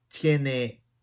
tiene